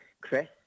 Chris